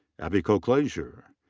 abbey colclasure.